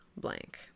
blank